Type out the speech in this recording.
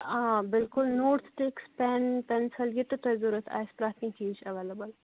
آ بِلکُل note sticks pen pencil یہِ تہِ تۄہہِ ضوٚرَتھ آسہِ پرٛٮ۪تھ کیٚنٛہہ چیٖز چھُ ایولیبل